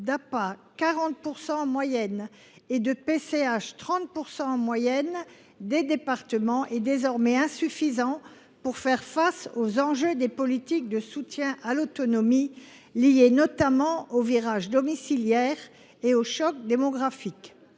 respectivement 40 % et 30 % en moyenne – est désormais insuffisant pour faire face aux enjeux des politiques de soutien à l’autonomie, liés notamment au virage domiciliaire et au choc démographique.